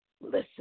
listen